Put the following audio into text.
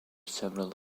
several